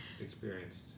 experienced